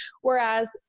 whereas